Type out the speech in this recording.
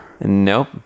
nope